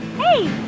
hey!